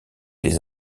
des